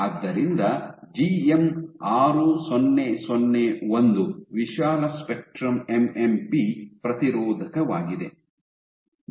ಆದ್ದರಿಂದ ಜಿಎಂ 6001 ವಿಶಾಲ spectrum MMP ಪ್ರತಿರೋಧಕವಾಗಿದೆ